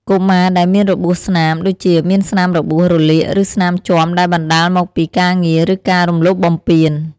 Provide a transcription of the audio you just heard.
កុមារដែលមានរបួសស្នាម ដូចជាមានស្នាមរបួស រលាក ឬស្នាមជាំដែលបណ្ដាលមកពីការងារ ឬការរំលោភបំពាន។